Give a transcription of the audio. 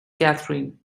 katherine